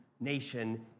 nation